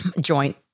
joint